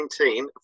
2019